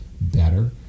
better